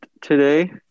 today